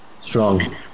Strong